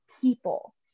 people